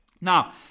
Now